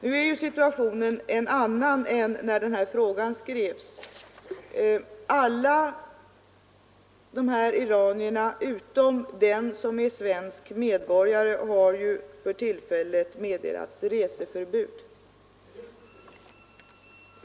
Nu är situationen en annan än när frågan ställdes: Alla de här iranierna, utom den som är svensk medborgare, har för tillfället meddelats reseförbud.